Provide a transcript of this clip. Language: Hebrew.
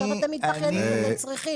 עכשיו אתם מתבכיינים שאתם צריכים.